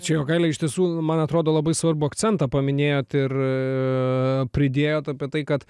čia jogaile iš tiesų man atrodo labai svarbų akcentą paminėjot ir pridėjot apie tai kad